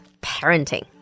parenting